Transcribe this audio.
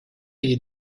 you